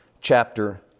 chapter